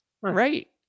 Right